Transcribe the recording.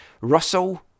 Russell